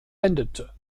endete